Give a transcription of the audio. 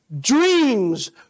dreams